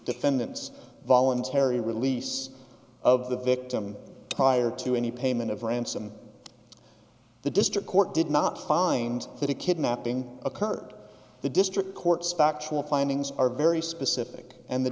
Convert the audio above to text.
defendant's voluntary release of the victim prior to any payment of ransom the district court did not find that a kidnapping occurred the district court's factual findings are very specific and the